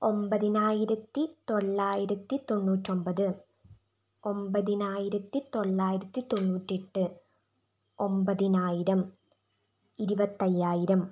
ഒമ്പതിനായിരത്തിത്തൊള്ളായിരത്തി തൊണ്ണൂറ്റിയൊമ്പത് ഒമ്പതിനായിരത്തിത്തൊള്ളായിരത്തി തൊണ്ണൂറ്റിയെട്ട് ഒമ്പതിനായിരം ഇരുപത്തയ്യായിരം